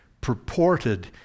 purported